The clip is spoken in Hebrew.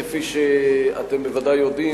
כפי שאתם בוודאי יודעים,